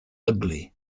ugly